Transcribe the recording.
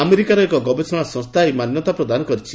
ଆମେରିକାର ଏକ ଗବେଷଣା ସଂସ୍ଥା ଏହି ମାନ୍ୟତା ପ୍ରଦାନ କରିଛି